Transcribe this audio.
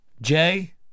Jay